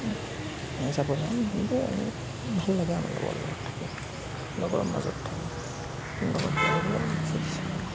তেনেকুৱাই আৰু ভাল লাগে আমাৰ লগৰ লগত থাকি লগৰ মাজত থাকি